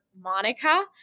Monica